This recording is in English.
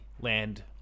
land